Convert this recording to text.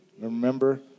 Remember